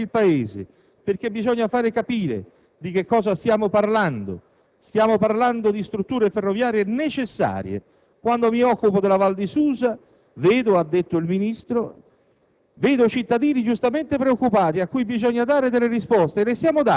«La TAV» - ha continuato il Ministro - «è un'opera necessaria per il Paese perché bisogna far capire di che cosa stiamo parlando: stiamo parlando di strutture ferroviarie necessarie». «Quando mi occupo della Val di Susa vedo» - ha detto il Ministro